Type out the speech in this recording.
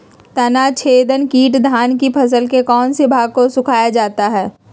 तनाछदेक किट धान की फसल के कौन सी भाग को सुखा देता है?